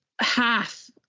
half